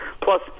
Plus